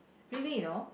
really you know